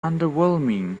underwhelming